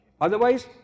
Otherwise